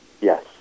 Yes